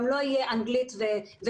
גם לא יהיה אנגלית וגמרא.